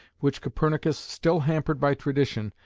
which copernicus, still hampered by tradition,